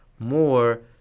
more